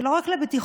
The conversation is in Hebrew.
ולא רק לבטיחות,